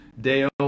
Dale